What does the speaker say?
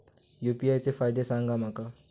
UPI चे फायदे सांगा माका?